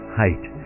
height